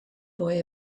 boy